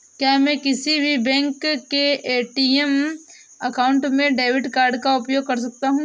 क्या मैं किसी भी बैंक के ए.टी.एम काउंटर में डेबिट कार्ड का उपयोग कर सकता हूं?